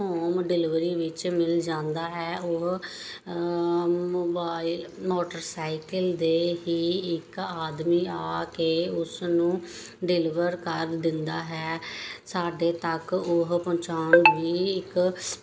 home delivery ਵਿੱਚ ਮਿਲ ਜਾਂਦਾ ਹੈ ਉਹ ਮੋਬਾਈਲ ਮੋਟਰਸਾਈਕਲ ਦਾ ਹੀ ਇਕ ਆਦਮੀ ਆ ਕੇ ਉਸ ਨੂੰ ਡਿਲੀਵਰ ਕਰ ਦਿੰਦਾ ਹੈ ਸਾਡੇ ਤੱਕ ਉਹ ਪਹੁੰਚਾਉਣ ਦੀ ਇੱਕ